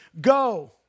go